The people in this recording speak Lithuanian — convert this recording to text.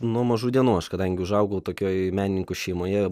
nuo mažų dienų aš kadangi užaugau tokioj menininkų šeimoje